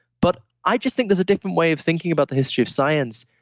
but i just think there's a different way of thinking about the history of science.